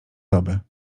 doby